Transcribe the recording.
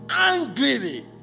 angrily